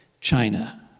China